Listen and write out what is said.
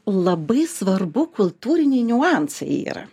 labai svarbu kultūriniai niuansai yra